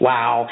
Wow